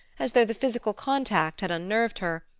as though the physical contact had unnerved her,